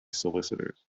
solicitors